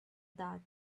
dot